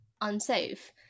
unsafe